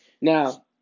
Now